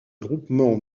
groupement